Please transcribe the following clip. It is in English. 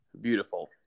beautiful